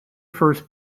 first